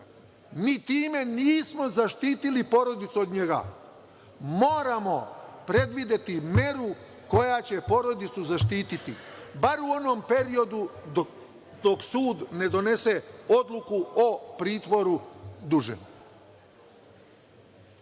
Mi time nismo zaštitili porodicu od njega. Moramo predvideti meru koja će porodicu zaštititi, bar u onom periodu dok sud ne donese odluku o pritvoru dužem. Još